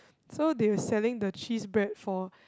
so they were selling the cheese bread for